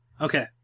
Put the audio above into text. Okay